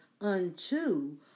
unto